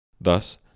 Thus